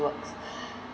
works